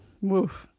woof